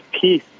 peace